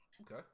Okay